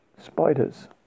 spiders